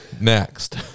next